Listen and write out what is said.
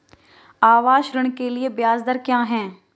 आवास ऋण के लिए ब्याज दर क्या हैं?